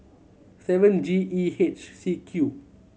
seven G E H C Q